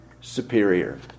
superior